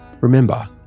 remember